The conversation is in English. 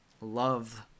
love